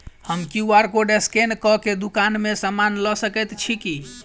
हम QR code scan कऽ केँ दुकान मे समान लऽ सकैत छी की?